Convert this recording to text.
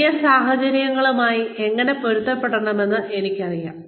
പുതിയ സാഹചര്യങ്ങളുമായി എങ്ങനെ പൊരുത്തപ്പെടണമെന്ന് എനിക്കറിയാം